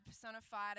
personified